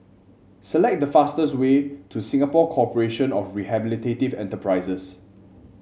select the fastest way to Singapore Corporation of Rehabilitative Enterprises